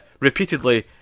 Repeatedly